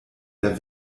der